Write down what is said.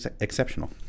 exceptional